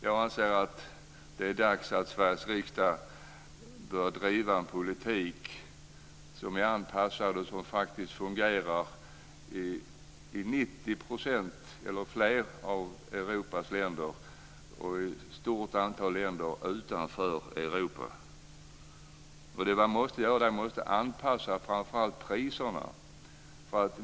Jag anser att det är dags att Sveriges riksdag driver en politik som är anpassad och som faktiskt fungerar i 90 % eller mer av Europas länder och i ett stort antal länder utanför Europa. Man måste framför allt anpassa priserna.